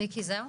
מיקי זהו?